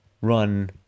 run